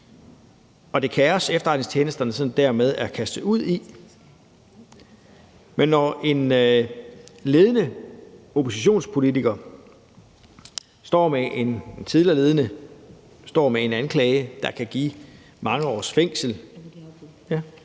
det kaos, efterretningstjenesterne dermed er kastet ud i. Men når en tidligere ledende oppositionspolitiker står med en anklage, der kan give mange års fængsel